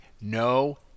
No